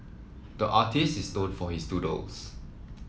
the artist is known for his doodles